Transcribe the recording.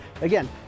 Again